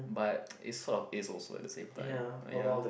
but it's sort of ace also at the same time but ya